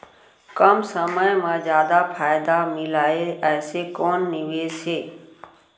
कम समय मा जादा फायदा मिलए ऐसे कोन निवेश हे?